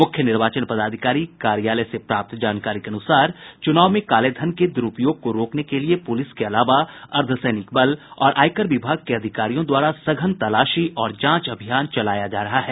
मुख्य निर्वाचन पदाधिकारी कार्यालय से प्राप्त जानकारी के अनुसार चुनाव में काले धन के दुरूपयोग को रोकने के लिए पुलिस के अलावा अर्द्वसैनिक बल और आयकर विभाग के अधिकारियों द्वारा सघन तलाशी और जांच अभियान चलाया जा रहा है